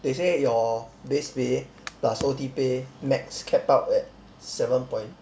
they say your base pay plus O_T pay max capped out at seven point